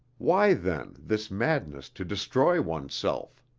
why then this madness to destroy oneself?